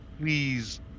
Please